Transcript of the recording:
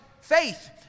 faith